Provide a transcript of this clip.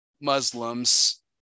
Muslims